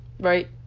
right